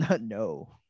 No